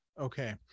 Okay